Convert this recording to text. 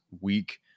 week